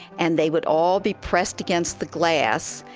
and they would all be pressed against the glass,